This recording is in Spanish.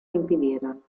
impidieron